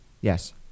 yes